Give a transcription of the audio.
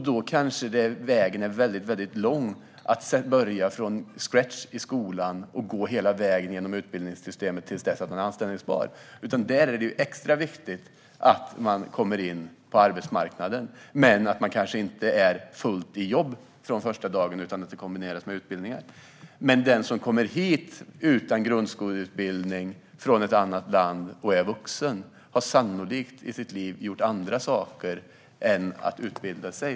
Då kan vägen vara lång om man ska börja från scratch i skolan och gå hela vägen genom utbildningssystemet till dess att man är anställningsbar. Det är extra viktigt att dessa människor kommer in på arbetsmarknaden, men de kanske inte är fullt i jobb från den första dagen, utan det kan kombineras med utbildningar. Men vuxna som kommer hit utan grundskoleutbildning från ett annat land har sannolikt gjort andra saker i livet än att utbilda sig.